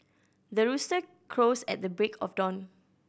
the rooster crows at the break of dawn